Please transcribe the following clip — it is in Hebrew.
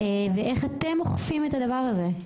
איך אתם אוכפים את הדבר הזה?